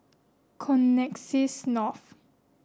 Connexis North